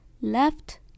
left